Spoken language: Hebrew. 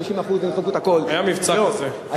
50% היה מבצע כזה,